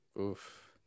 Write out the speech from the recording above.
Oof